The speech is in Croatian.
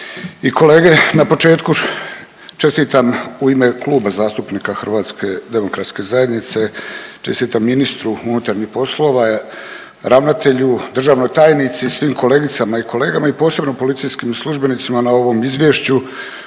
kolege. Na početku, čestitam u ime Kluba zastupnika HDZ-a čestitam ministru unutarnjih poslova, ravnatelju, državnoj tajnici, svim kolegicama i kolegama i posebno policijskim službenicima na ovom izvješću